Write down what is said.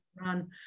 run